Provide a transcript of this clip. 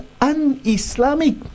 un-Islamic